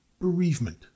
Bereavement